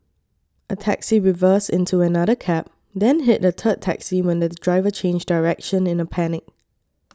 a taxi reversed into another cab then hit a third taxi when the driver changed direction in a panic